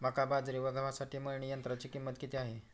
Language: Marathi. मका, बाजरी व गव्हासाठी मळणी यंत्राची किंमत किती आहे?